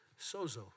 sozo